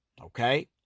Okay